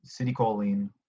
citicoline